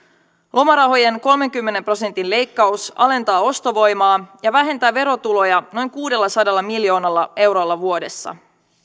lomarahojen kolmenkymmenen prosentin leikkaus alentaa ostovoimaa ja vähentää verotuloja noin kuudellasadalla miljoonalla eurolla vuodessa